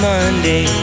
Monday